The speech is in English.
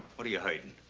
what are you hiding?